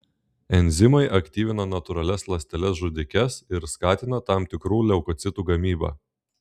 enzimai aktyvina natūralias ląsteles žudikes ir skatina tam tikrų leukocitų gamybą